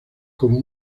como